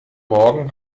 morgen